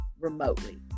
remotely